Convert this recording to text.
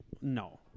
No